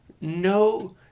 no